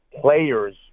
Players